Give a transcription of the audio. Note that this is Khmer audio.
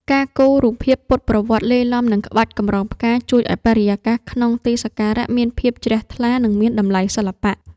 ការគូរ រូបភាពពុទ្ធប្រវត្តិ លាយឡំនឹងក្បាច់កម្រងផ្កា ជួយឱ្យបរិយាកាសក្នុងទីសក្ការៈមានភាពជ្រះថ្លា និងមានតម្លៃសិល្បៈ។